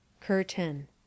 Curtain